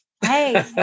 Hey